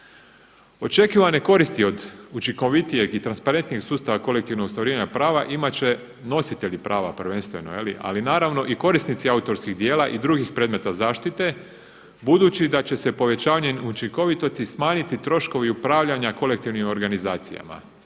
Očekivane koristi od učinkovitijeg i transparentnijeg sustava kolektivnog ostvarivanja prava imat će nositelji prava prvenstveno, ali naravno i korisnici autorskih djela i drugih predmeta zaštite, budući da će se povećanjem učinkovitosti smanjiti troškovi upravljanja u kolektivnim organizacijama.